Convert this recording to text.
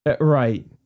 Right